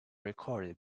recorded